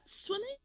Swimming